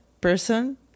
person